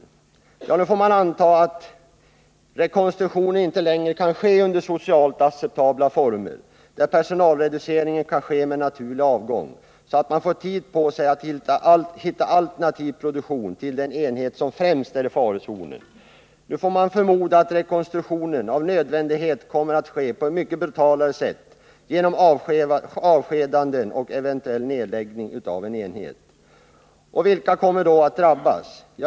Nu kommer, får man anta, rekonstruktionen inte längre att kunna ske under socialt acceptabla former, där personalreduceringen kan ske med naturlig avgång, så att företaget får tid på sig att hitta alternativ produktion till den enhet som främst är i farozonen. Nu får man förmoda att rekonstruktionen med nödvändighet kommer att ske på ett mycket brutalare sätt genom avskedanden och eventuell nedläggning av en enhet. Vilka kommer då att drabbas?